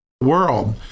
world